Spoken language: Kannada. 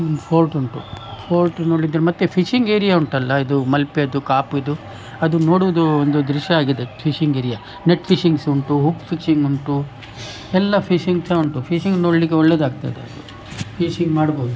ಫೋರ್ಟ್ ಉಂಟು ಫೋರ್ಟ್ ನೋಡಿದರೆ ಮತ್ತೆ ಫಿಶಿಂಗ್ ಏರಿಯ ಉಂಟಲ್ಲ ಇದು ಮಲ್ಪೆದ್ದು ಕಾಪಿದ್ದು ಅದು ನೋಡೋದು ಒಂದು ದೃಶ್ಯ ಆಗಿದೆ ಫಿಶಿಂಗ್ ಏರಿಯ ನೆಟ್ ಫಿಶಿಂಗ್ ಸಹ ಉಂಟು ಫಿಶಿಂಗ್ ಉಂಟು ಎಲ್ಲ ಫಿಶಿಂಗ್ ಸಹ ಉಂಟು ಫಿಶಿಂಗ್ ನೋಡಲಿಕ್ಕೆ ಒಳ್ಳೆಯದಾಗ್ತದೆ ಫಿಶಿಂಗ್ ಮಾಡ್ಬೋದು